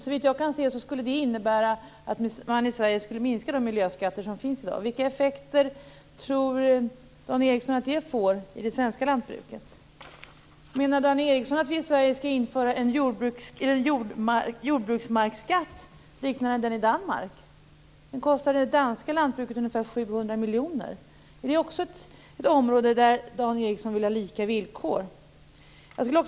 Såvitt jag kan se skulle det innebära att man skulle minska de miljöskatter som finns i Sverige i dag. Vilka effekter tror Dan Ericsson att det får i det svenska lantbruket? Menar Dan Ericsson att vi i Sverige skall införa en jordbruksmarksskatt liknande den som man har i Danmark? Den kostar det danska lantbruket ungefär 700 miljoner. Är det också ett område där Dan Ericsson vill ha lika villkor?